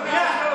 מיכאל, שנייה.